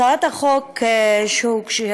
הצעת החוק שמוגשת,